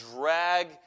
drag